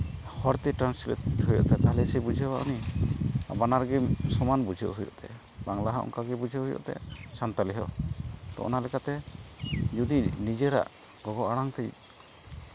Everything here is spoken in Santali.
ᱦᱚᱲᱛᱮ ᱴᱨᱟᱱᱥᱞᱮᱴ ᱦᱩᱭᱩᱜᱼᱟ ᱛᱟᱦᱚᱯᱞᱮ ᱛᱚᱭ ᱵᱩᱡᱷᱟᱹᱣᱟ ᱩᱱᱤ ᱟᱨ ᱵᱟᱱᱟᱨᱜᱮ ᱥᱚᱢᱟᱱ ᱵᱩᱡᱷᱟᱹᱣ ᱦᱩᱭᱩᱜ ᱛᱟᱭᱟ ᱵᱟᱝᱞᱟ ᱦᱚᱸ ᱚᱱᱠᱟᱜᱮ ᱵᱩᱡᱷᱟᱹᱣ ᱦᱩᱭᱩᱜ ᱛᱟᱭᱟ ᱥᱟᱱᱛᱟᱞᱤ ᱦᱚᱸ ᱛᱳ ᱚᱱᱟ ᱞᱮᱠᱟᱛᱮ ᱡᱩᱫᱤ ᱱᱤᱡᱮᱨᱟᱜ ᱜᱚᱜᱚ ᱟᱲᱟᱝ ᱛᱮ